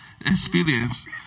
experience